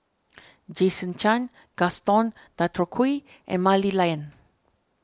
Jason Chan Gaston Dutronquoy and Mah Li Lian